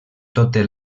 totes